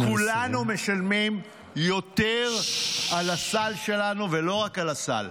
כולנו משלמים יותר על הסל שלנו, ולא רק על הסל.